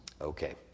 Okay